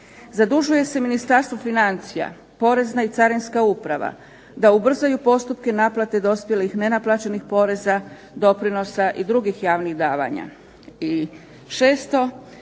Zadužuje se Ministarstvo financija, Porezna i Carinska uprava da ubrzaju postupke naplate dospjelih nenaplaćenih poreza, doprinosa i drugih javnih davanja.